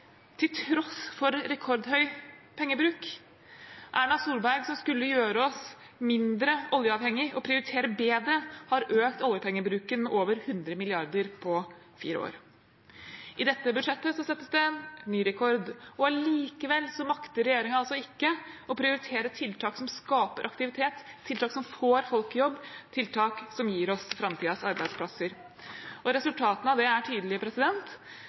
til tross for rekordhøy pengebruk. Erna Solberg, som skulle gjøre oss mindre oljeavhengige og prioritere bedre, har økt oljepengebruken med over 100 mrd. kr på fire år. I dette budsjettet settes det en ny rekord, og allikevel makter regjeringen altså ikke å prioritere tiltak som skaper aktivitet, tiltak som får folk i jobb, tiltak som gir oss framtidens arbeidsplasser. Resultatene av det er tydelige: